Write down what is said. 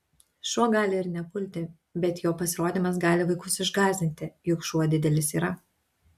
šuo gali ir nepulti bet jo pasirodymas gali vaikus išgąsdinti juk šuo didelis yra